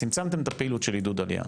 צמצמתם את הפעילות של עידוד עלייה.